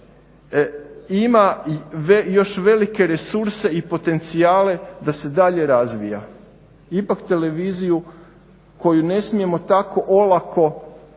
ima još velike resurse i potencijale da se dalje razvija. Ipak televiziju koju ne smijemo tako olako zbog naših